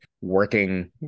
working